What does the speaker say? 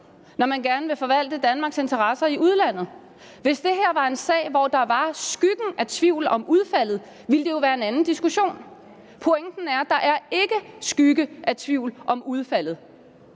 når man gerne vil forvalte Danmarks interesser i udlandet. Hvis det her var en sag, hvor der var skyggen af tvivl om udfaldet, ville det jo være en anden diskussion. Pointen er, at der ikke er skygge af tvivl om udfaldet.